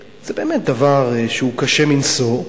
זה באמת דבר שהוא קשה מנשוא,